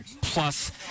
Plus